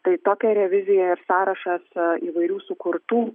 tai tokia revizija ir sąrašas įvairių sukurtų